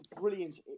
brilliant